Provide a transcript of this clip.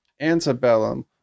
Antebellum